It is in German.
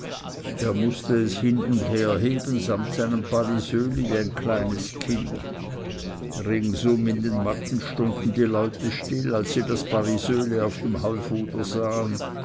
er mußte es hin und herheben samt seinem paresöli wie ein kleines kind ringsum in den matten stunden die leute still als sie das parisöli auf dem heufuder sahen